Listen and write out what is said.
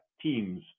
Teams